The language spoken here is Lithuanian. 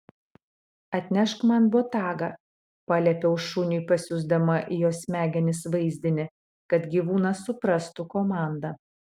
atnešk man botagą paliepiau šuniui pasiųsdama į jo smegenis vaizdinį kad gyvūnas suprastų komandą